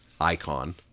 Icon